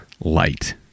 light